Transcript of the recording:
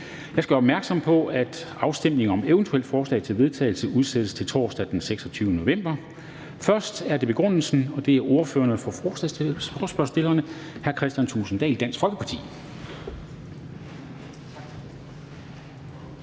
Jeg skal gøre opmærksom på, at afstemning om eventuelle forslag til vedtagelse udsættes til torsdag den 26. november 2020. Først skal vi have begrundelsen, og det er ordføreren for forslagsstillerne, hr. Kristian Thulesen Dahl, Dansk Folkeparti.